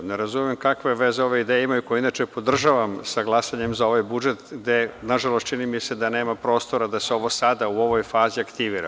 Ne razumem kakve veze ove ideje imaju, koje inače podržavam sa glasanjem za ovaj budžet, gde, nažalost, čini mi se da nema prostora da se ovo sada u ovoj fazi aktivira.